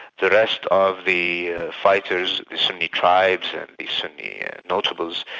the rest of the fighters, the sunni tribes, and the sunni notables,